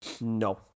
No